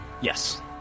Yes